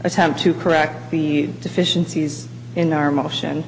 attempt to correct the deficiencies in our motion